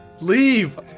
Leave